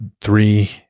three